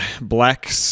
black